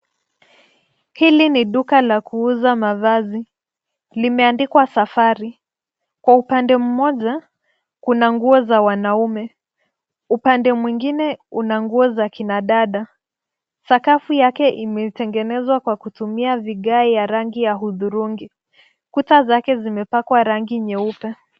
Hili ni duka la kuuza mavazi. Limeandikwa Safari. Kwa upande mmoja kuna nguo za wanaume. Upande mwingine una nguo za akina dada. Sakafu yake imetegenezwa kwa kutumia vigae ya rangi ya hudhurungi. Kuta zake zimepakwa rangi nyeupe.